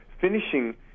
finishing